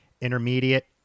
intermediate